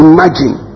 Imagine